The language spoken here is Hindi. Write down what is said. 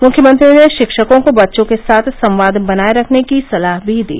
मुख्यमंत्री ने शिक्षकों को बच्चों के साथ संवाद बनाये रखने की सलाह भी दी